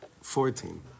fourteen